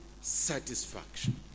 satisfaction